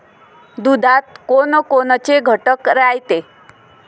दुधात कोनकोनचे घटक रायते?